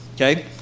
Okay